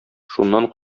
шуннан